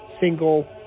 single